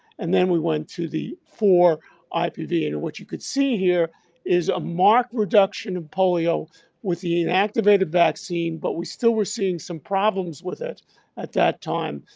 and then we went to the four ah ipva. and what you could see here is a marked reduction of polio with the inactivated vaccine, but we still were seeing some problems with it at that time,